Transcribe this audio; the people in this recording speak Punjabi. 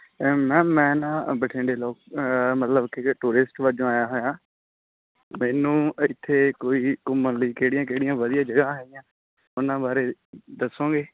ਮੈਮ ਮੈਂ ਨਾ ਅ ਬਠਿੰਡੇ ਲੋ ਮਤਲਬ ਕਿ ਟੂਰਿਸਟ ਵਜੋਂ ਆਇਆ ਹੋਇਆ ਮੈਨੂੰ ਇੱਥੇ ਕੋਈ ਘੁੰਮਣ ਲਈ ਕਿਹੜੀਆਂ ਕਿਹੜੀਆਂ ਵਧੀਆ ਜਗ੍ਹਾ ਹੈਗੀਆਂ ਉਨ੍ਹਾਂ ਬਾਰੇ ਦੱਸੋਗੇ